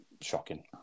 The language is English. Shocking